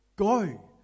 Go